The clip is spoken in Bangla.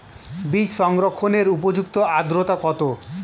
বীজ সংরক্ষণের উপযুক্ত আদ্রতা কত?